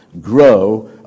grow